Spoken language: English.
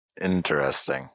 Interesting